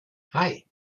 hei